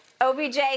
OBJ